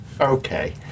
okay